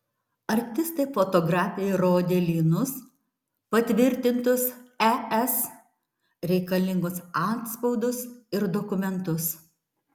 artistai fotografei rodė lynus patvirtintus es reikalingus antspaudus ir dokumentus